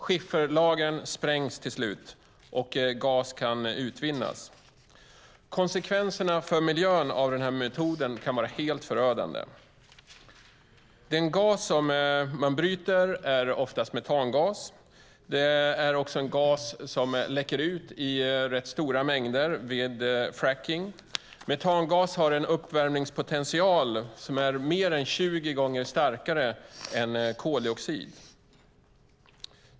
Skifferlagren sprängs till slut, och gas kan utvinnas. Konsekvenserna för miljön av denna metod kan vara helt förödande. Den gas man bryter är oftast metangas, och det är en gas som läcker ut i rätt stora mängder vid fracking. Metangas har en uppvärmningspotential som är mer än 20 gånger starkare än koldioxid.